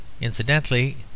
Incidentally